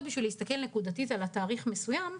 בשביל להסתכל נקודתית על תאריך מסוים,